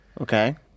Okay